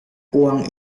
uang